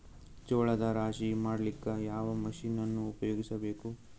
ಜೋಳದ ರಾಶಿ ಮಾಡ್ಲಿಕ್ಕ ಯಾವ ಮಷೀನನ್ನು ಉಪಯೋಗಿಸಬೇಕು?